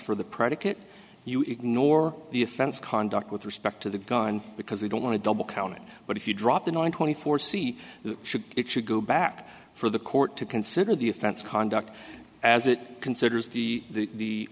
for the predicate you ignore the offense conduct with respect to the gun because they don't want to double counted but if you drop the nine twenty four c it should it should go back for the court to consider the offense conduct as it considers the the